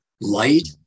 light